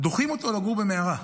דוחים אותו לגור במערה?